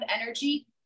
energy